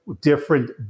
different